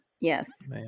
Yes